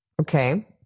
Okay